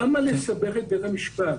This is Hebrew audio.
למה לסבך את בית המשפט?